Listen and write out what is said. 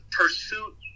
pursuit